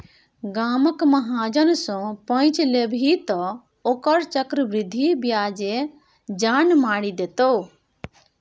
गामक महाजन सँ पैंच लेभी तँ ओकर चक्रवृद्धि ब्याजे जान मारि देतौ